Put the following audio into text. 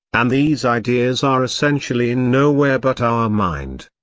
and these ideas are essentially in nowhere but our mind,